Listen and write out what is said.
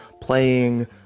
playing